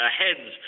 heads